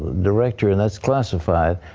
director and that is classified.